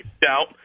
doubt